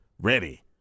ready